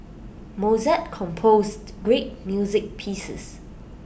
Mozart composed great music pieces